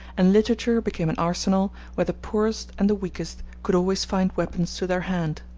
and literature became an arsenal where the poorest and the weakest could always find weapons to their hand.